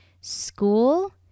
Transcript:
school